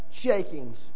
shakings